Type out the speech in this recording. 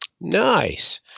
Nice